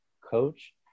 coach